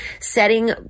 setting